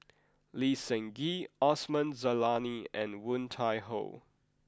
Lee Seng Gee Osman Zailani and Woon Tai Ho